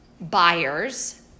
buyers